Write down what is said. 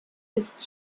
ist